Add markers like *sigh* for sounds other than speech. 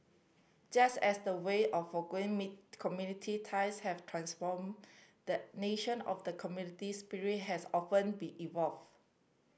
just as the way of *unintelligible* community ties have transformed the nation of the community spirit has often be evolved